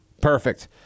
Perfect